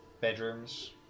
bedrooms